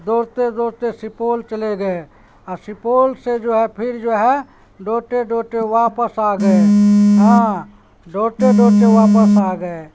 دوڑتے دوڑتے سپول چلے گئے اور سپول سے جو ہے پھر جو ہے دوٹے دوٹے واپس آگئے ہاں دوٹے دوٹے واپس آگئے